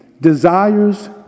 Desires